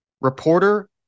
reporter